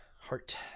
Heart